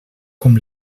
com